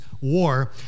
war